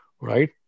right